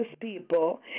people